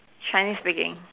Chinese speaking